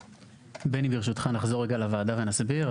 בני, ברשותך נחזור רגע לוועדה ונסביר.